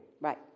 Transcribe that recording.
Right